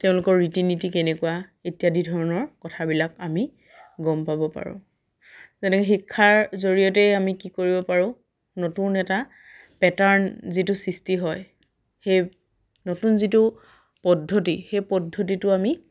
তেওঁলোকৰ ৰীতি নীতি কেনেকুৱা ইত্যাদি ধৰণৰ কথাবিলাক আমি গম পাব পাৰো যেনেকে শিক্ষাৰ জৰিয়তেই আমি কি কৰিব পাৰোঁ নতুন এটা পেটাৰ্ণ যিটো সৃষ্টি হয় সেই নতুন যিটো পদ্ধতি সেই পদ্ধতিটো আমি